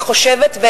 אני חושבת,